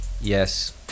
yes